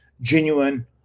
genuine